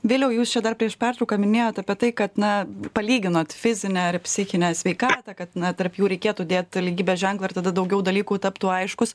viliau jūs čia dar prieš pertrauką minėjot apie tai kad na palyginot fizinę ir psichinę sveikatą kad tarp jų reikėtų dėt lygybės ženklą ir tada daugiau dalykų taptų aiškūs